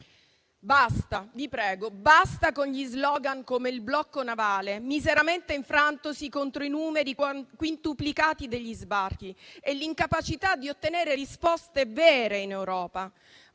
loro. Vi prego, basta con gli *slogan* come il blocco navale, miseramente infrantosi contro i numeri quintuplicati degli sbarchi e l'incapacità di ottenere risposte vere in Europa.